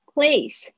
Place